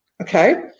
Okay